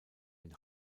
den